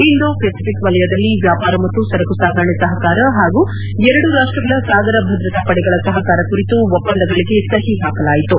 Indo Pacific ವಲಯದಲ್ಲಿ ವ್ವಾಪಾರ ಮತ್ತು ಸರಕು ಸಾಗಣೆ ಸಹಕಾರ ಹಾಗೂ ಎರಡೂ ರಾಷ್ಷಗಳ ಸಾಗರ ಭದ್ರತಾ ಪಡೆಗಳ ಸಹಕಾರ ಕುರಿತು ಒಪ್ಪಂದಗಳಿಗೆ ಸಹಿ ಹಾಕಲಾಯಿತು